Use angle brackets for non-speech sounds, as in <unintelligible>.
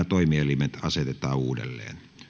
<unintelligible> toimielimet asetetaan uudelleen